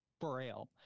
Braille